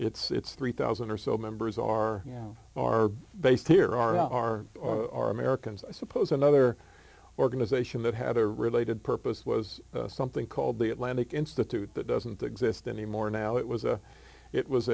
a it's three thousand or so members are and are based here are are are americans i suppose another organization that had a related purpose was something called the atlantic institute that doesn't exist anymore now it was a it was